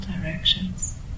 directions